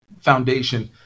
foundation